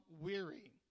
weary